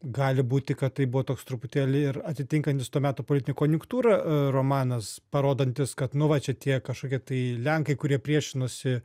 gali būti kad tai buvo toks truputėlį ir atitinkantis to meto politinę konjunktūrą romanas parodantis kad nu va čia tie kažkokie tai lenkai kurie priešinosi